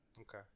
Okay